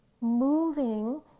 moving